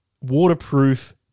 waterproof